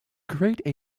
create